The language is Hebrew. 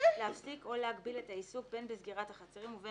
להפסיק או להגביל את העיסוק בין בסגירת החצרים ובין